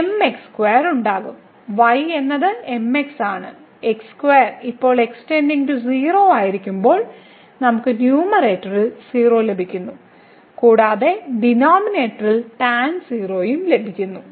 y എന്നത് mx ആണ് x2 ഇപ്പോൾ x → 0 ആയിരിക്കുമ്പോൾ നമുക്ക് ന്യൂമറേറ്ററിലെ 0 ലഭിക്കുന്നു കൂടാതെ ഡിനോമിനേറ്ററിൽ tan 0 ഉം ലഭിക്കുന്നു